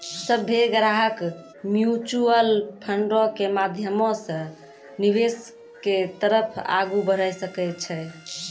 सभ्भे ग्राहक म्युचुअल फंडो के माध्यमो से निवेश के तरफ आगू बढ़ै सकै छै